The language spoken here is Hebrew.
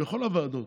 בכל הוועדות,